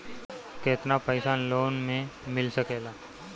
केतना पाइसा लोन में मिल सकेला?